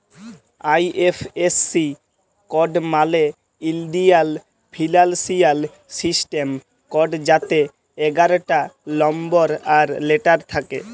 IFSC code মালে ইলডিয়াল financial system code যাতে এগারটা লম্বর আর লেটার থ্যাকে